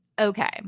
Okay